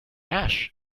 ash